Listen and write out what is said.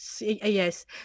Yes